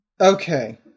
Okay